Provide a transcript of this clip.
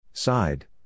Side